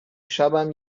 شبم